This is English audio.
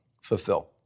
fulfill